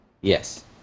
Yes